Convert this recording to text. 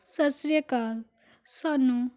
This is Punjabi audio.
ਸਤਿ ਸ਼੍ਰੀ ਅਕਾਲ ਸਾਨੂੰ